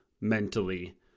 mentally